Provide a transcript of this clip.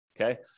okay